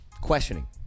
questioning